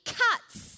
cuts